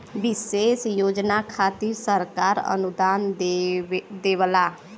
विशेष योजना खातिर सरकार अनुदान देवला